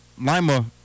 Lima